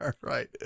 right